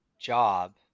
job